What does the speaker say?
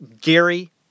Gary